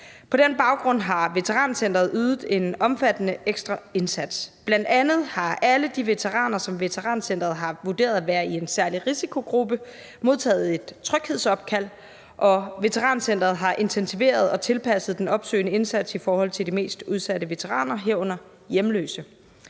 På den baggrund har Veterancentret ydet en omfattende ekstra indsats. Bl.a. har alle de veteraner, som Veterancentret har vurderet at være i en særlig risikogruppe, modtaget et tryghedsopkald, og Veterancentret har intensiveret og tilpasset den opsøgende indsats i forhold til de mest udsatte veteraner, herunder hjemløse.